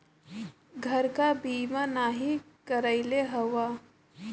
घर क बीमा नाही करइले हउवा